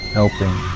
helping